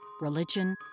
religion